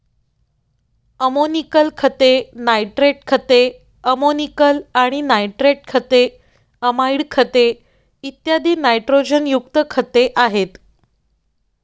ammoniacal खते, nitrate खते, ammoniacal आणि नायट्रेट खते, अमाइड खते, इत्यादी नायट्रोजनयुक्त खते आहेत